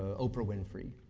oprah winfrey.